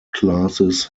classes